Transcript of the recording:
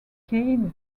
cade